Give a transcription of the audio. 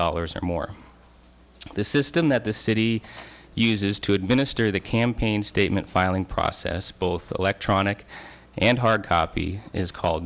dollars or more this system that the city uses to administer the campaign statement filing process both electronic and hard copy is called